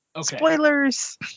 Spoilers